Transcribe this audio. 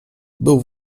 był